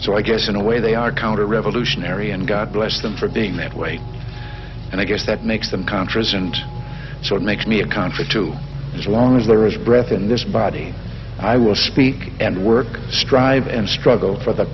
so i guess in a way they are counter revolutionary and god bless them for being that way and i guess that makes them contras and should make me a country to as long as there is breath in this body i will speak and work strive and struggle for the